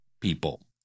people